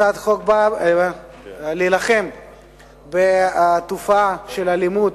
הצעת החוק באה להילחם בתופעה של אלימות,